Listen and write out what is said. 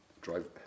drive